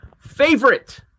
favorite